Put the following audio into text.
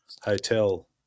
Hotel